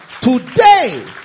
today